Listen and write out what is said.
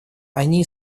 они